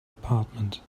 apartment